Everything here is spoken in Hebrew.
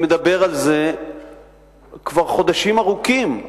אני מדבר על זה כבר חודשים ארוכים.